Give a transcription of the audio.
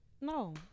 No